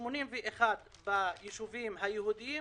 81% בישובים היהודיים